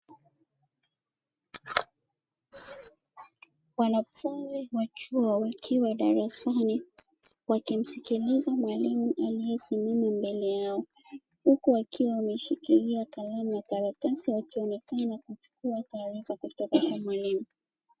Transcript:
Wanafunzi wa chuo wakiwa darasani wakimsikiliza mwalimu, aliyesimama mbele yao huku wakiwa wameshikilia kalamu na karatasi, wakionekana kuchukuwa taarifa kutoka kwa mwalimu.